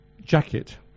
jacket